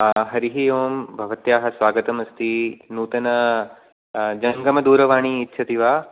हरिः ओम् भवत्याः स्वागतमस्ति नूतन जङ्गमदूरवाणी इच्छति वा